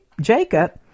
Jacob